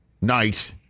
night